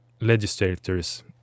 legislators